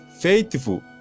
faithful